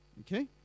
Okay